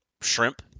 shrimp